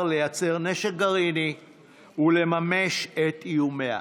לייצר נשק גרעיני ולממש את איומיה.